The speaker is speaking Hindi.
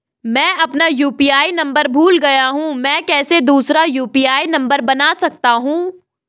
मैं अपना यु.पी.आई नम्बर भूल गया हूँ मैं कैसे दूसरा यु.पी.आई नम्बर बना सकता हूँ?